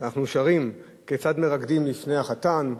אנחנו שרים: כיצד מרקדין לפני החתן,